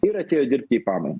ir atėjo dirbti į pamainą